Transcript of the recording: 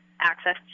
access